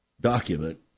document